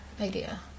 idea